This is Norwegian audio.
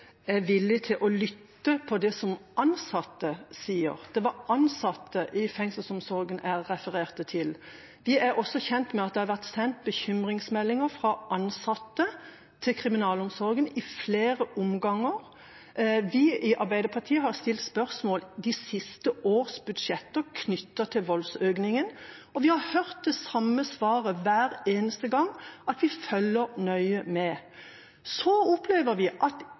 er villig til å lytte til det som ansatte sier. Det var ansatte i fengselsomsorgen jeg refererte til. Vi er også kjent med at det har vært sendt bekymringsmeldinger fra ansatte til kriminalomsorgen i flere omganger. Vi i Arbeiderpartiet har stilt spørsmål ved de siste års budsjetter knyttet til voldsøkningen, og vi har hørt det samme svaret hver eneste gang: Vi følger nøye med. Så opplever vi at